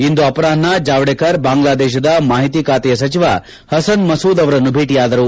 ಇಂದು ಅಪರಾಹ್ನ ಜಾವಡೇಕರ್ ಬಾಂಗ್ಲಾದೇಶದ ಮಾಹಿತಿ ಖಾತೆಯ ಸಚಿವ ಹಸನ್ ಮಸೂದ್ ಅವರನ್ನು ಭೇಟಿಯಾದರು